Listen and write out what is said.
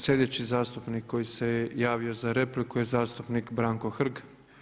Sljedeći zastupnik koji se javio za repliku je zastupnik Branko Hrg.